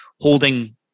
holding